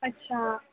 अच्छा